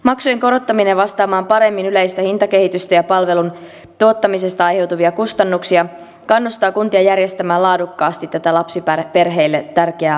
maksujen korottaminen vastaamaan paremmin yleistä hintakehitystä ja palvelun tuottamisesta aiheutuvia kustannuksia kannustaa kuntia järjestämään laadukkaasti tätä lapsiperheille tärkeää palvelua